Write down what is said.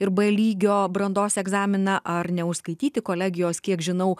ir b lygio brandos egzaminą ar neužskaityti kolegijos kiek žinau